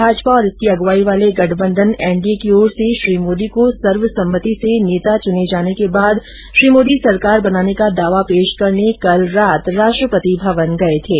भाजपा और इसकी अगुवाई वाले गठबंधन एनडीए की ओर से श्री मोदी को सर्वसम्मति से नेता चुने जाने के बाद श्री मोदी सरकार बनाने का दावा पेश करने कल रात राष्ट्रपति भवन गए थे